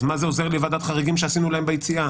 אז מה זה עוזר לי ועדת חריגים שעשינו להם ביציאה?